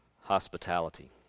hospitality